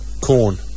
corn